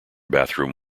bathroom